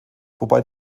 wobei